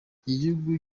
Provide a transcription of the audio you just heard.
igihugu